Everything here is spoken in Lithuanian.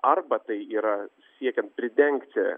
arba tai yra siekiant pridengti